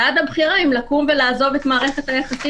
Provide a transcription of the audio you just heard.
ועד הבחירה אם לקום ולעזוב את מערכת היחסים.